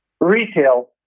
retail